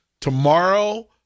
tomorrow